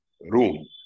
room